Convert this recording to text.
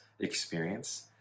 experience